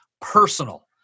personal